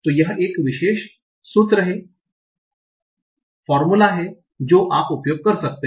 तो यह एक विशेष सूत्र है जो आप उपयोग कर सकते हैं